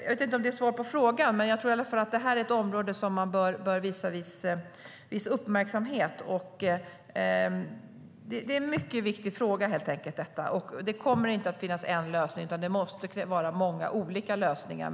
Jag vet inte om det ger svar på frågan, men jag tror i alla fall att det här är ett område som man bör ägna viss uppmärksamhet. Det är en mycket viktig fråga. Det kommer inte att finnas en lösning, utan det krävs många olika lösningar.